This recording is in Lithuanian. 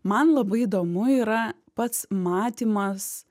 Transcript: man labai įdomu yra pats matymas